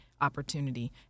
opportunity